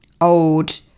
old